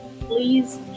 please